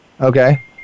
Okay